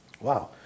Wow